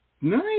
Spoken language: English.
Nice